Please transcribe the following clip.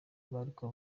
bariko